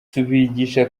tubigisha